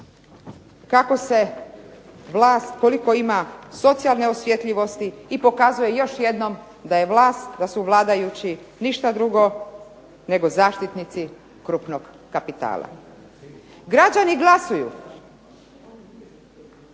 kako se vlast koliko ima socijalne osjetljivosti i pokazuje još jednom da je vlast i da su vladajući ništa drugo nego zaštitnici krupnog kapitala. Građani glasuju.